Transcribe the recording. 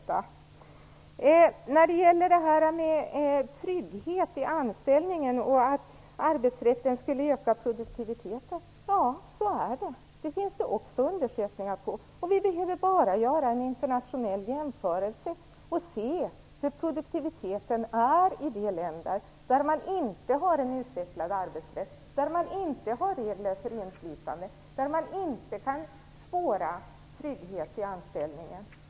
Det är faktiskt så att arbetsrätten och trygghet i anställningen ökar produktiviteten. Det finns undersökningar som visar detta också. Vi behöver bara göra en internationell jämförelse och se hur produktiviteten är i de länder där man inte har en utvecklad arbetsrätt, regler för inflytande och där man inte kan spåra en trygghet i anställningen.